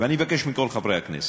ואני מבקש מכל חברי הכנסת,